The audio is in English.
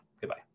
Goodbye